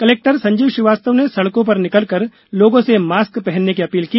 collector Sanjeev Srivastava ने सड़कों पर निकलकर लोगों से मॉस्क पहनने की अपील की